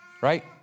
Right